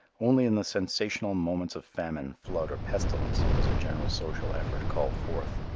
only in the sensational moments of famine, flood or pestilence was a general social effort called forth.